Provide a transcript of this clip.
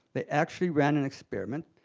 they actually ran an experiment.